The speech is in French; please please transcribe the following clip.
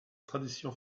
tradition